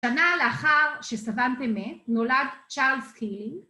שנה לאחר שסוונטה מת, נולד צ'ארלס קילינג.